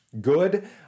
good